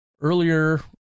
earlier